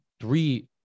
three